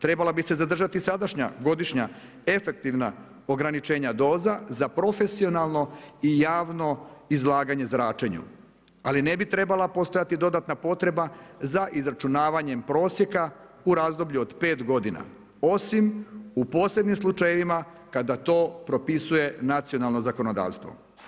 Trebala bi se zadržati sadašnja godišnja efektivna ograničenja doza za profesionalno i javno izlaganje zračenju, ali ne bi trebala postojati dodatna potreba za izračunavanjem prosjeka u razdoblju od pet godina osim u posebnim slučajevima kada to propisuje nacionalno zakonodavstvo.